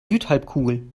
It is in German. südhalbkugel